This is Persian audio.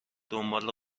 دنبال